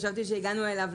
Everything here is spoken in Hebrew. שזה האינטרס הישיר שלו,